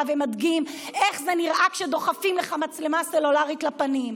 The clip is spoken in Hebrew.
ומדגים איך זה נראה כשדוחפים לך מצלמה סלולרית לפנים.